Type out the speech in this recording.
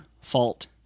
fault